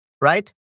right